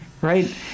right